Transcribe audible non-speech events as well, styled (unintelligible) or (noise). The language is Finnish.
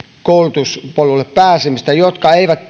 koulutuspolulle pääsemistä jotka eivät (unintelligible)